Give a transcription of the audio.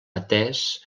atès